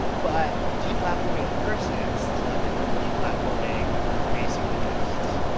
but deplatforming a person is a lot different than deplatforming basically ghosts.